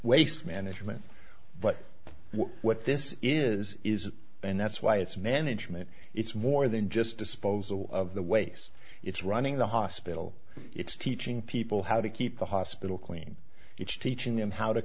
waste management but what this is is and that's why it's management it's more than just disposal of the ways it's running the hospital it's teaching people how to keep the hospital clean each teaching them how to